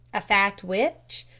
a fact which,